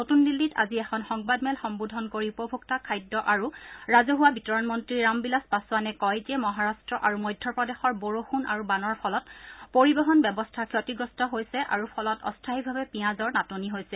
নতুন দিল্লীত আজি এখন সংবাদমেল সম্বোধন কৰি উপভোক্তা খাদ্য আৰু ৰাজহুৱা বিতৰণ মন্ত্ৰী ৰাম বিলাসা পাচোৱানে কয় যে মহাৰাট্ট আৰু মধ্যপ্ৰদেশৰ বৰষুণ আৰু বানৰ ফলত পৰিবহন ব্যৱস্থা ক্ষজ্ঞাস্ত হৈছে আৰু ফলত অস্থায়ীভাৱে পিঁয়াজৰ নাটনি হৈছে